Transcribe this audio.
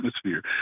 atmosphere